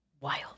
Wild